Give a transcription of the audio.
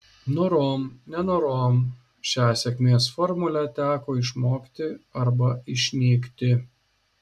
norom nenorom šią sėkmės formulę teko išmokti arba išnykti